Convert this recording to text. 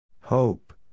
Hope